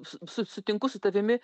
su su sutinku su tavimi